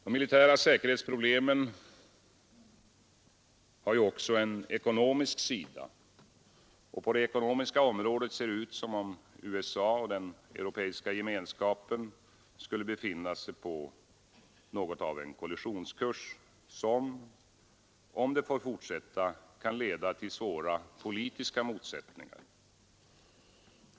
De militära säkerhetsproblemen har ju också en ekonomisk sida, och på det ekonomiska området ser det ut som om USA och EG skulle befinna sig på något av en kollisionskurs, som — om detta får fortsätta — kan leda till svåra politiska motsättningar.